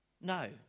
No